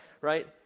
right